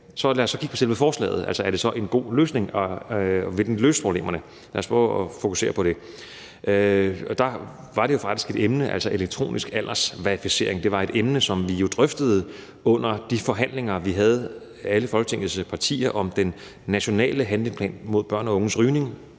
lad os kigge på selve forslaget. Er det så en god løsning? Vil det løse problemerne? Lad os prøve at fokusere på det. Elektronisk aldersverificering var faktisk et emne, som vi jo drøftede under de forhandlinger, alle Folketingets partier havde om den nationale handleplan mod børn og unges rygning.